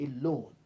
alone